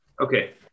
Okay